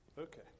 Okay